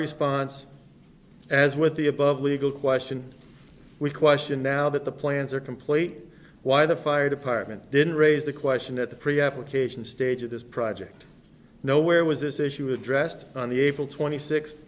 response as with the above legal question we question now that the plans are complete why the fire department didn't raise the question at the pre application stage of this project nowhere was this issue addressed on the april twenty six